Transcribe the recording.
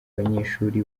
abanyeshuri